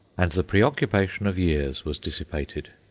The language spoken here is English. and the preoccupation of years was dissipated.